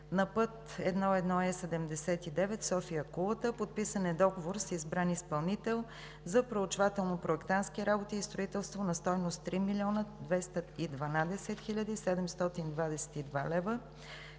(Е – 79) София – Кулата. Подписан е договор с избран изпълнител за проучвателно-проектантски работи и строителство на стойност 3 212 722 лв.,